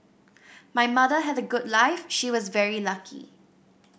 my mother had a good life she was very lucky